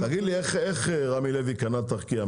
--- תגיד לי איך רמי לוי קנה את ארקיע,